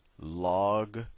log